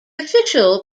official